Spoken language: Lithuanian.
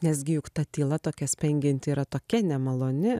nesgi juk ta tyla tokia spengianti yra tokia nemaloni